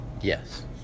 Yes